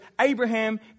Abraham